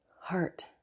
heart